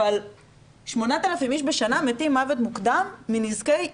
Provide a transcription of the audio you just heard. אבל 8,000 איש בשנה מתים מוות מוקדם מנזקי עישון,